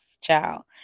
Ciao